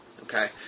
Okay